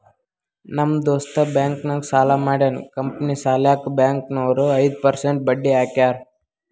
ನಮ್ ದೋಸ್ತ ಬ್ಯಾಂಕ್ ನಾಗ್ ಸಾಲ ಮಾಡ್ಯಾನ್ ಕಂಪನಿ ಸಲ್ಯಾಕ್ ಬ್ಯಾಂಕ್ ನವ್ರು ಐದು ಪರ್ಸೆಂಟ್ ಬಡ್ಡಿ ಹಾಕ್ಯಾರ್